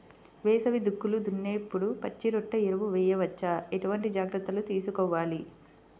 వేసవి దుక్కులు దున్నేప్పుడు పచ్చిరొట్ట ఎరువు వేయవచ్చా? ఎటువంటి జాగ్రత్తలు తీసుకోవాలి?